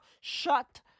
shut